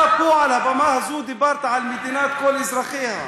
אתה פה על הבמה הזאת דיברת על מדינת כל אזרחיה.